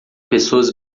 pessoas